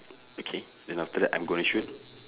okay then after that I'm going shoot